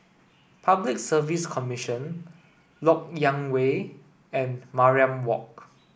Public Service Commission Lok Yang Way and Mariam Walk